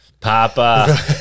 Papa